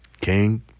King